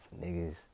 niggas